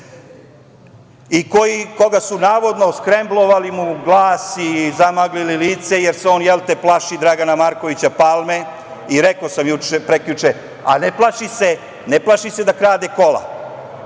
i kome su navodno skremblovali glas i zamaglili lice jer se on plaši Dragana Markovića Palme. Rekao sam prekjuče - a ne plaši se da krade kola,